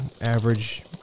average